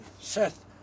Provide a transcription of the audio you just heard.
Seth